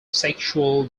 sexual